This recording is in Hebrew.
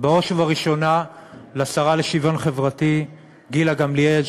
בראש ובראשונה לשרה לשוויון חברתי גילה גמליאל,